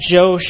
Joe